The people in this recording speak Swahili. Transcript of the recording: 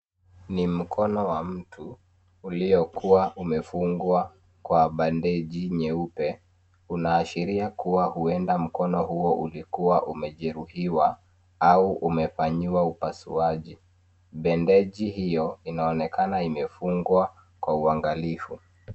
Ni mkono wa mtu uliokuwa umefungwa kwa bandeji nyeupe. Inaashiria kuwa huenda mkono huo umejeruhiwa au umefanyiwa upasuaji. Bendeji hiyo inaonekana imefungwa kwa uangalifu.